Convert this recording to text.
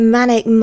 Manic